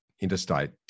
interstate